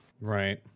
Right